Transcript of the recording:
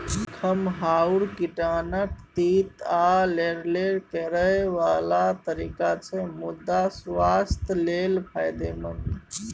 खमहाउर कनीटा तीत आ लेरलेर करय बला तरकारी छै मुदा सुआस्थ लेल फायदेमंद